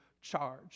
charge